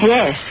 Yes